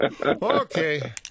Okay